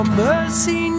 mercy